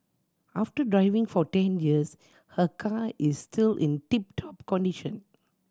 after driving for ten years her car is still in tip top condition